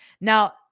Now